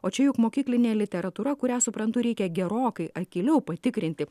o čia juk mokyklinė literatūra kurią suprantu reikia gerokai akyliau patikrinti